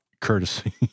courtesy